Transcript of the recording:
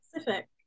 specific